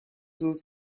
روز